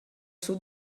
sud